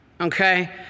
Okay